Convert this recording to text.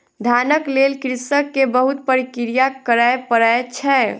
धानक लेल कृषक के बहुत प्रक्रिया करय पड़ै छै